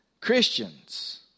Christians